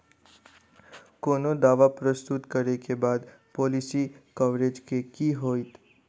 कोनो दावा प्रस्तुत करै केँ बाद पॉलिसी कवरेज केँ की होइत?